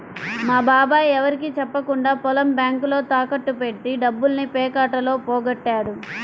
మా బాబాయ్ ఎవరికీ చెప్పకుండా పొలం బ్యేంకులో తాకట్టు బెట్టి డబ్బుల్ని పేకాటలో పోగొట్టాడు